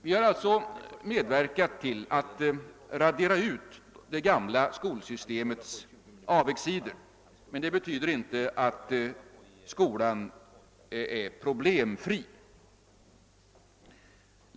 Vi har alltså medverkat till att radera ut det gamla skolsystemets avigsidor men det innebär inte att skolan är problemfri.